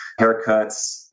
haircuts